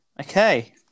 Okay